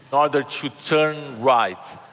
order to turn right,